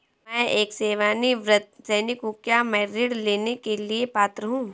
मैं एक सेवानिवृत्त सैनिक हूँ क्या मैं ऋण लेने के लिए पात्र हूँ?